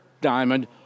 Diamond